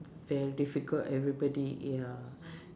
very difficult everybody ya